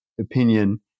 opinion